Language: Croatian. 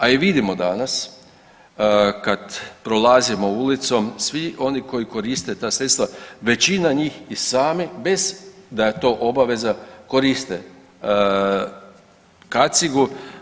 A i vidimo danas kad prolazimo ulicom svi oni koji koriste ta sredstva većina njih i sami bez da je to obaveza koriste kacigu.